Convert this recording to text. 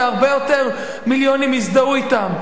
והרבה יותר מיליונים הזדהו אתם.